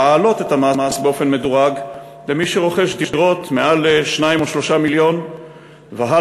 להעלות באופן מדורג את המס על מי שרוכש דירות מעל 2 או 3 מיליון והלאה,